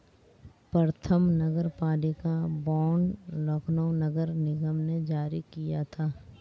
प्रथम नगरपालिका बॉन्ड लखनऊ नगर निगम ने जारी किया था